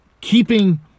keeping